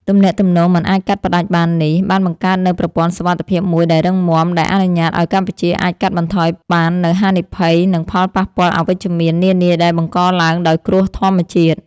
ទំនាក់ទំនងមិនអាចកាត់ផ្ដាច់បាននេះ បានបង្កើតនូវប្រព័ន្ធសុវត្ថិភាពមួយដែលរឹងមាំ ដែលអនុញ្ញាតឱ្យកម្ពុជាអាចកាត់បន្ថយបាននូវហានិភ័យ និងផលប៉ះពាល់អវិជ្ជមាននានាដែលបង្កឡើងដោយគ្រោះធម្មជាតិ។